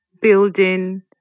building